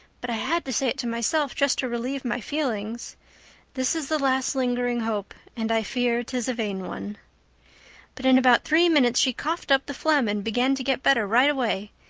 but i had to say it to myself just to relieve my feelings this is the last lingering hope and i fear, tis a vain one but in about three minutes she coughed up the phlegm and began to get better right away.